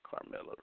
Carmelo